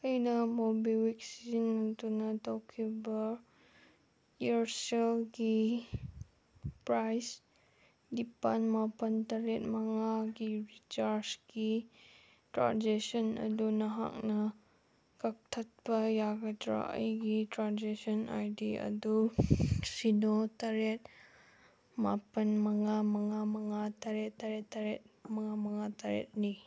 ꯑꯩꯅ ꯃꯣꯕꯦꯋꯤꯛ ꯁꯤꯖꯤꯟꯅꯗꯨꯅ ꯇꯧꯈꯤꯕ ꯏꯌꯥꯔꯁꯦꯜꯒꯤ ꯄ꯭ꯔꯥꯏꯁ ꯅꯤꯄꯥꯟ ꯃꯥꯄꯟ ꯇꯔꯦꯠ ꯃꯉꯥꯒꯤ ꯔꯤꯆꯥꯔꯖꯀꯤ ꯇ꯭ꯔꯥꯟꯖꯦꯛꯁꯟ ꯑꯗꯨ ꯅꯍꯥꯛꯅ ꯀꯛꯊꯠꯄ ꯌꯥꯒꯗ꯭ꯔꯥ ꯑꯩꯒꯤ ꯇ꯭ꯔꯥꯟꯖꯦꯛꯁꯟ ꯑꯥꯏ ꯗꯤ ꯑꯗꯨ ꯁꯤꯅꯣ ꯇꯔꯦꯠ ꯃꯥꯄꯟ ꯃꯉꯥ ꯃꯉꯥ ꯃꯉꯥ ꯇꯔꯦꯠ ꯇꯔꯦꯠ ꯇꯔꯦꯠ ꯃꯉꯥ ꯃꯉꯥ ꯇꯔꯦꯠꯅꯤ